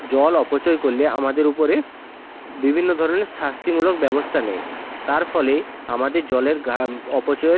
জল অপচয় করলে আমাদের উপরে বিভিন্ন ধরণের শাস্তিমূলক ব্যবস্থা নেয় তার ফলে আমাদের জলের গা অপচয়ের